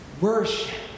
worship